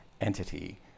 entity